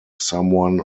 someone